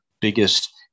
biggest